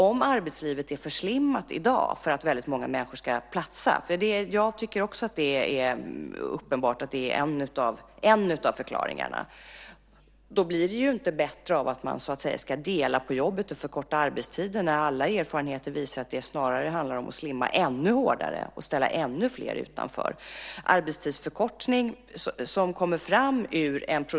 Om arbetslivet är för slimmat i dag för att väldigt många människor ska platsa - jag tycker också att det är uppenbart att det är en av förklaringarna - blir det inte bättre av att man ska dela på jobben och förkorta arbetstiden. Alla erfarenheter visar att det snarare handlar om att slimma ännu hårdare och ställa ännu fler utanför.